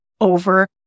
over